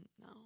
No